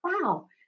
wow